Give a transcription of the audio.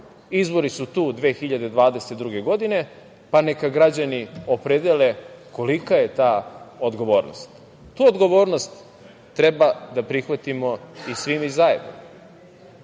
Izbori su tu 2022. godine, pa neka građani opredele kolika je ta odgovornost. Tu odgovornost treba da prihvatimo i svi mi zajedno,